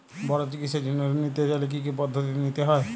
বড় চিকিৎসার জন্য ঋণ নিতে চাইলে কী কী পদ্ধতি নিতে হয়?